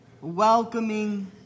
welcoming